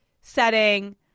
setting